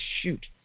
shoot